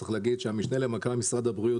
צריך להגיד שהמשנה למנכ"ל משרד הבריאות,